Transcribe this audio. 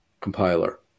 compiler